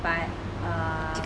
but err